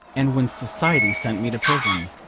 and when society sent me to prison.